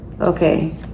okay